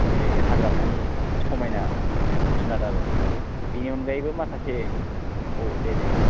बे हाग्रामानि समायना जुनार आरो बेयो बेनि अनगायैबो माखासे औ देदे